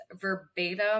verbatim